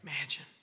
imagine